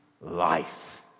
life